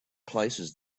places